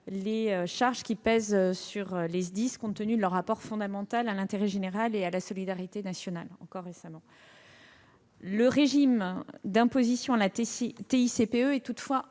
les charges qui pèsent sur les SDIS, compte tenu de leur apport fondamental à l'intérêt général et à la solidarité nationale. Le régime d'imposition à la TICPE est toutefois encadré